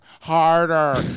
harder